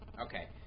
Okay